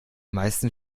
meisten